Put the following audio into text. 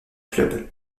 club